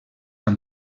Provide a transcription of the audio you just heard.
amb